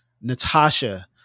natasha